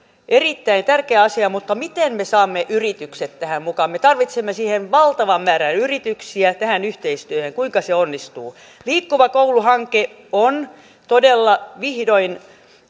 erittäin tärkeä asia mutta miten me saamme yritykset tähän mukaan me tarvitsemme valtavan määrän yrityksiä tähän yhteistyöhön kuinka se onnistuu liikkuva koulu hanke on todella vihdoin